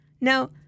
Now